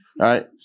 right